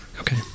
okay